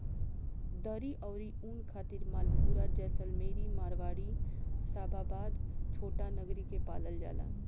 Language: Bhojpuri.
दरी अउरी ऊन खातिर मालपुरा, जैसलमेरी, मारवाड़ी, शाबाबाद, छोटानगरी के पालल जाला